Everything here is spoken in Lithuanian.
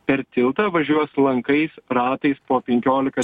per tiltą važiuos lankais ratais po penkiolika